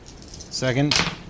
second